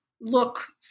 look